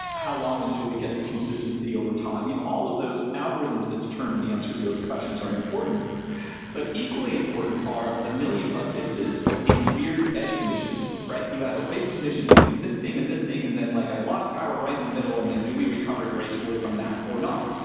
how long until we get to consistency over time? you know all of those algorithms that determine the answers to those questions are important but equally important are the million bug fixes in weird edge conditions, right? you had to raise condition between this thing and this thing and then like, i lost power right in the middle. and then do we recover gracefully from that or not?